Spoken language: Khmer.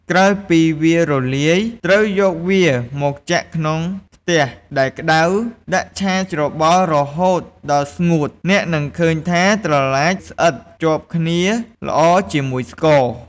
ក្រោយពីវារលាយ ត្រូវយកវាមកចាក់ក្នុងខ្ទះដែលក្តៅ ដាក់ឆាច្របល់រហូតដល់ស្ងួត អ្នកនឹងឃើញថាត្រឡាចស្អិតជាប់គ្នាល្អជាមួយស្ករ។